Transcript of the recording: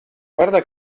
guarda